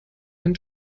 ein